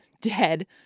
dead